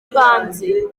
ibanze